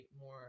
more